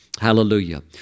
Hallelujah